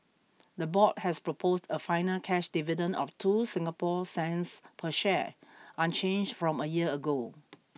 the board has proposed a final cash dividend of two Singapore cents per share unchanged from a year ago